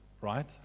right